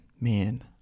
man